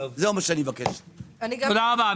תודה רבה.